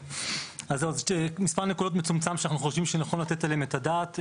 אז מספר נקודות מצומצם שאנחנו חושבים שנכון לתת עליהם את הדעת.